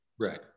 Right